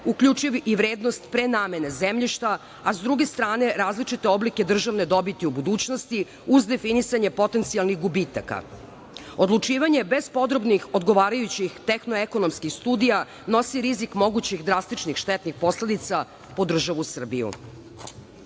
uključujući i vrednost prenamene zemljišta, a sa druge strane različite oblike državne dobiti u budućnosti uz definisanje potencijalnih gubitaka. Odlučivanje bez podrobnih odgovarajućih tehno-ekonomskih studija nosi rizik mogućih drastičnih štetnih posledica po državu Srbiju. Vlada